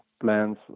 plans